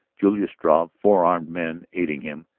julius struve, four armed men aiding him,